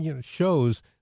shows